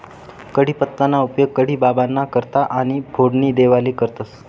कढीपत्ताना उपेग कढी बाबांना करता आणि फोडणी देवाले करतंस